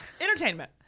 Entertainment